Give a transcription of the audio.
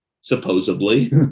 supposedly